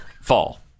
fall